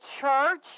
church